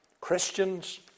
Christians